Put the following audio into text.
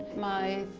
my.